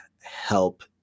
help